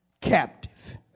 captive